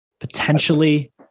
potentially